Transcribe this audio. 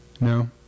No